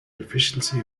deficiency